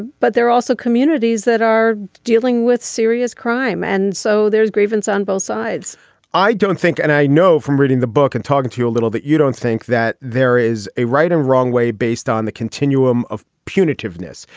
but there are also communities that are dealing with serious crime and so there is grievance on both sides i don't think and i know from reading the book and talking to you a little that you don't think that there is a right and wrong way based on the continuum of punitive ness.